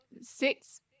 six